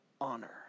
honor